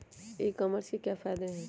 ई commerce के क्या फायदे हैं?